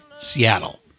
Seattle